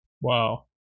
Wow